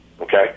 okay